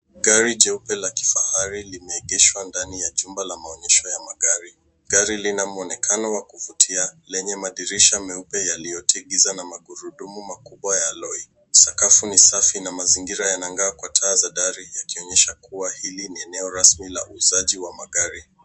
Gari jeupe la kifahari limeegeshwa ndani ya jumba la maonyesho ya magari. Gari lina mwonekano wa kuvutia lenye madirisha meupe yaliyotii giza na magurudumu makubwa ya aloi. Sakafu ni safi na mazingira yanang'aa kwa taa za dari yakionyesha kuwa hili ni eneo rasmi la uuzaji wa magari.